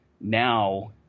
now